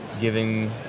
giving